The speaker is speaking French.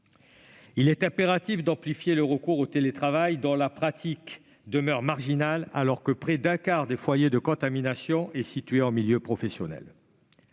Il importe d'amplifier le recours au télétravail, dont la pratique demeure marginale, alors que près d'un quart des foyers de contamination sont situés en milieu professionnel.